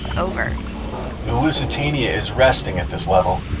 over the lusitania is resting at this level.